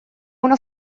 una